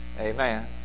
Amen